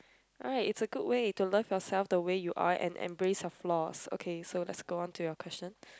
alright is a good way to learn yourself the way you are and embarrass of loss okay so let's go on to your question